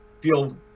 feel